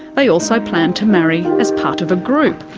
they also plan to marry as part of a group,